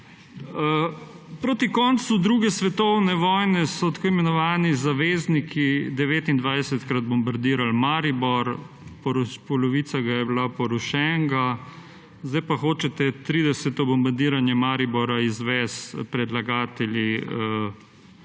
Proti koncu druge svetovne vojne so tako imenovani zavezniki 29-krat bombardirali Maribor. Polovica ga je bila porušenega. Sedaj pa hočete 30. bombardiranje Maribora izvesti predlagatelji